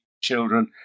Children